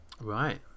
Right